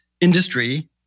industry